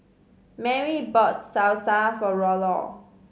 Merri bought Salsa for Rollo